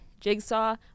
Jigsaw